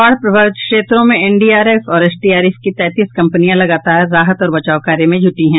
बाढ़ प्रभावित क्षेत्रों में एनडीआरएफ और एसडीआरएफ की तैंतीस कंपनियां लगातार राहत और बचाव कार्य में जुटी हुई है